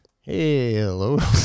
Hello